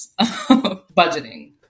budgeting